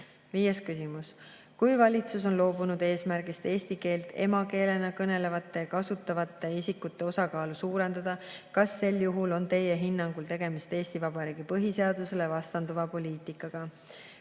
Viies küsimus: "Kui valitsus on loobunud eesmärgist eesti keelt emakeelena kõnelevate ja kasutavate isikute osakaalu suurendada, kas sel juhul on teie hinnangul tegemist Eesti Vabariigi põhiseadusele vastanduva poliitikaga?"